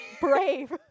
brave